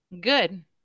Good